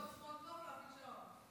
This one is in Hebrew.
סמול טוק, סמול טוק, אבל שעון.